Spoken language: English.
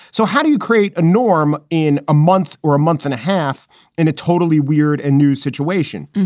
so how do you create a norm in a month or a month and a half in a totally weird and new situation?